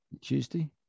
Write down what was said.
Tuesday